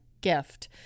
gift